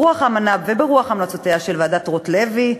ברוח האמנה וברוח המלצותיה של ועדת רוטלוי,